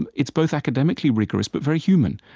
and it's both academically rigorous but very human.